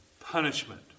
Punishment